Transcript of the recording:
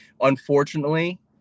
unfortunately